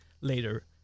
later